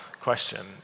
question